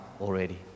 already